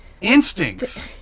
instincts